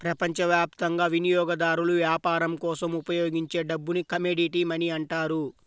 ప్రపంచవ్యాప్తంగా వినియోగదారులు వ్యాపారం కోసం ఉపయోగించే డబ్బుని కమోడిటీ మనీ అంటారు